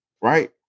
Right